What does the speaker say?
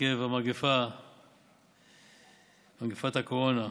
עקב מגפת הקורונה,